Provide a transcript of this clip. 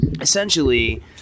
essentially